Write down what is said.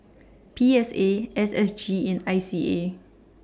P S A S S G and I C A